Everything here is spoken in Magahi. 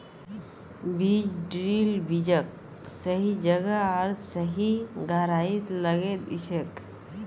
बीज ड्रिल बीजक सही जगह आर सही गहराईत लगैं दिछेक